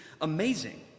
amazing